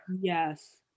Yes